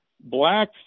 black